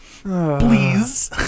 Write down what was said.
please